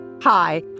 Hi